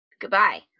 Goodbye